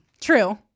True